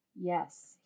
yes